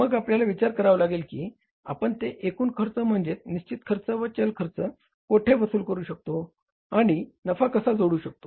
मग आपल्याला विचार करावा लागेल की आपण ते एकूण खर्च म्हणजेच निश्चित खर्च व चल खर्च कोठे वसूल करू शकतो आणि नफा कसा जोडू शकतो